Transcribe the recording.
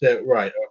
Right